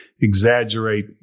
exaggerate